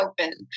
open